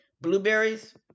Blueberries